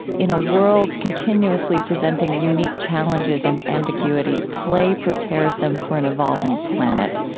in a world continuously presenting unique challenges and ambiguity, play prepares them for an evolving planet.